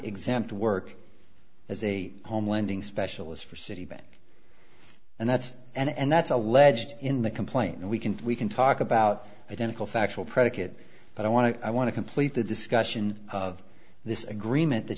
nonexempt work as a home lending specialist for citibank and that's and that's alleged in the complaint and we can we can talk about identical factual predicate but i want to i want to complete the discussion of this agreement that